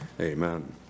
Amen